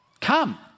come